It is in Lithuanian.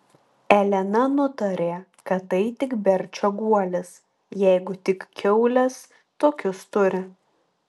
elena nutarė kad tai berčio guolis jeigu tik kiaulės tokius turi